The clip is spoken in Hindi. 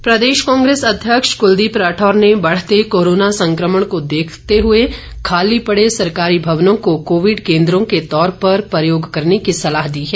राठौर प्रदेश कांग्रेस अध्यक्ष कृलदीप राठौर ने बढ़ते कोरोना संक्रमण को देखते हुए खाली पड़े सरकारी भवनों को कोविड केन्द्रों के तौर पर प्रयोग करने की सलाह दी है